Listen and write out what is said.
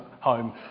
home